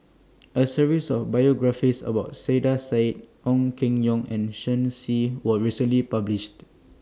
A series of biographies about Saiedah Said Ong Keng Yong and Shen Xi was recently published